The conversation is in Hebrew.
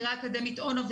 הקריה האקדמית אונו,